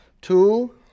Two